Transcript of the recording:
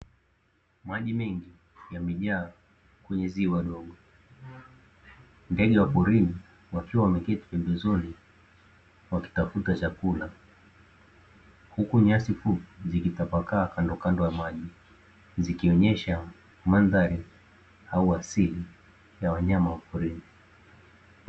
Maji mengi yamejaa kwenye ziwa dogo, Ndege wa porini wakiwa wameketi pembezoni wakitafuta chakula, huku nyasi fupi zikitapakaa kandokando ya maji, zikionyesha mandhari au asili ya wanyama wa porini.